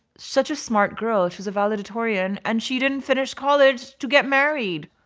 such a smart girl she was a valedictorian. and she didn't finish college to get married.